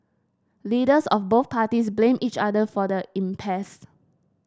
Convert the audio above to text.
leaders of both parties blamed each other for the impasse